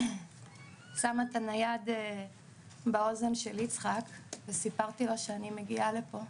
שמה את הנייד באוזן של יצחק וסיפרתי לו שאני מגיעה לפה,